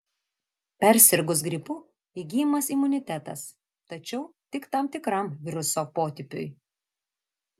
persirgus gripu įgyjamas imunitetas tačiau tik tam tikram viruso potipiui